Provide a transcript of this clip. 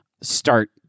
start